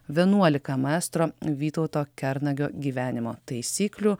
vienuolika maestro vytauto kernagio gyvenimo taisyklių